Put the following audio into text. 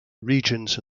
regions